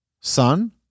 son